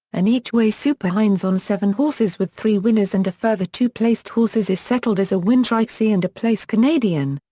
an each-way super heinz on seven horses with three winners and a further two placed horses is settled as a win trixie and a place canadian.